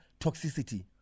toxicity